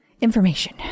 information